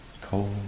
cold